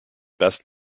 best